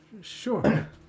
Sure